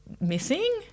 missing